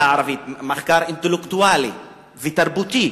הערבית מחקר אינטלקטואלי ותרבותי.